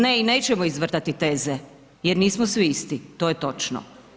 Ne i nećemo izvrtati teze jer nismo svi isti to je točno.